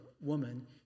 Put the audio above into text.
woman